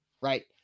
right